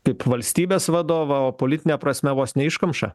kaip valstybės vadovą o politine prasme vos ne iškamšą